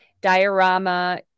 diorama